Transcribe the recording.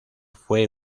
fue